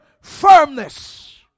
firmness